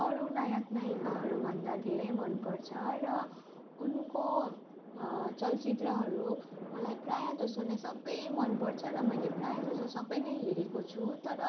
अरू नायक नायिकहरूभन्दा धेरै मनपर्छ र उनको चलचित्रहरू मलाई प्रायःजसो नै सबै मनपर्छ र मैले प्रायःजसो सबै नै हेरेको छु तर